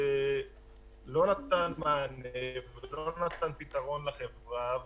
לא נתן מענה ולא נתן פתרון לחברה.